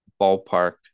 ballpark